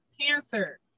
cancer